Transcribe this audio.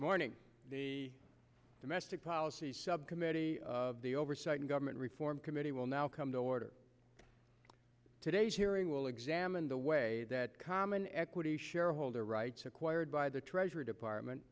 morning the domestic policy subcommittee of the oversight and government reform committee will now come to order today's hearing will examine the way that common equity shareholder rights acquired by the treasury department